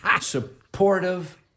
supportive